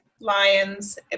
lions